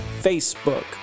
Facebook